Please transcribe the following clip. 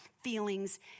feelings